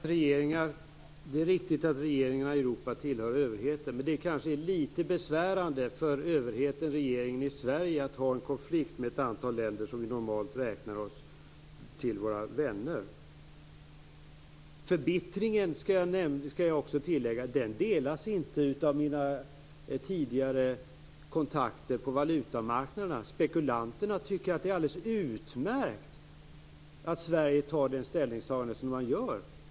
Fru talman! Det är riktigt att regeringarna i Europa tillhör överheten. Men det är kanske litet besvärande för överheten regeringen i Sverige att ha konflikt med ett antal länder som vi normalt räknar till våra vänner. Förbittringen, skall jag tillägga, delas inte av mina tidigare kontakter på valutamarknaderna. Spekulanterna tycker att det är alldeles utmärkt att Sverige gör det ställningstagande som man gör.